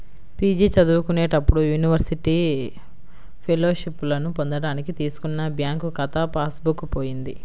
PG చదువుకునేటప్పుడు university ఫెలోషిప్పులను పొందడానికి తీసుకున్న బ్యాంకు ఖాతా పాస్ బుక్ పోయింది